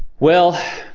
well,